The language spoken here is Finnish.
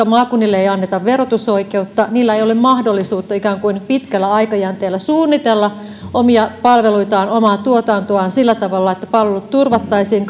maakunnille ei anneta verotusoikeutta niillä ei ole mahdollisuutta ikään kuin pitkällä aikajänteellä suunnitella omia palveluitaan omaa tuotantoaan sillä tavalla että palvelut turvattaisiin